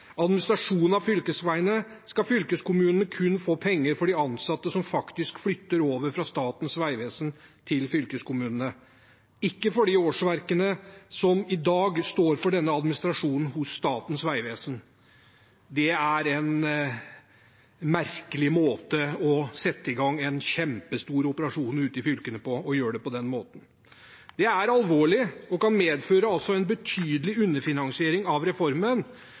administrasjonen hos Statens vegvesen. Det er en merkelig måte å sette i gang en kjempestor operasjon ute i fylkene på. Det er alvorlig og kan medføre en betydelig underfinansiering av reformen,